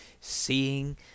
seeing